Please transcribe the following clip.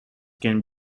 can